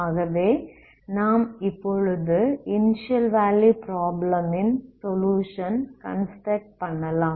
ஆகவே நாம் இப்பொழுது இனிஸியல் வேல்யூ ப்ராப்ளம் ன் சொலுயுஷன் கன்ஸ்ட்ரக்ட் பண்ணலாம்